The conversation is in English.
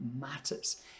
matters